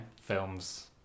films